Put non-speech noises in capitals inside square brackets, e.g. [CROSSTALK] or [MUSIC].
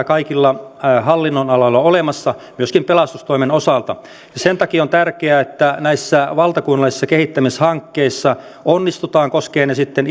[UNINTELLIGIBLE] kaikilla hallinnonaloilla on olemassa myöskin pelastustoimen osalta sen takia on tärkeää että näissä valtakunnallisissa kehittämishankkeissa onnistutaan koskevat ne sitten [UNINTELLIGIBLE]